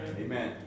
Amen